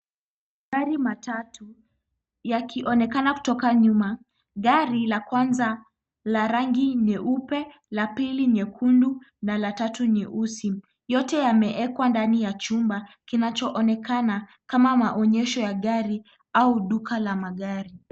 Magari matatu yakionekana kutoka nyuma. Gari la kwanza la rangi nyeupe, la pili nyekundu na la tatu nyeusi. Yote yameekwa kwenye chumba kinachoonekana kama maonyesho ya gari au duka la magari.